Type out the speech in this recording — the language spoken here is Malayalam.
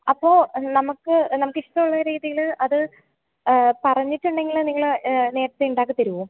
അപ്പോള് നമുക്ക് നമുക്ക് ഇഷ്ടമുള്ള രീതിയില് അത് പറഞ്ഞിട്ടുണ്ടെങ്കില് നിങ്ങള് നേരത്തെ ഉണ്ടാക്കിത്തരുമോ